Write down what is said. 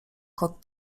kot